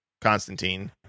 Constantine